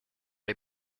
les